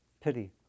pity